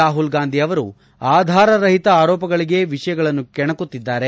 ರಾಹುಲ್ಗಾಂಧಿ ಅವರು ಆದಾರ ರಹಿತ ಆರೋಪಗಳಗೆ ವಿಷಯಗಳನ್ನು ಕೆಣಕುತ್ತಿದ್ದಾರೆ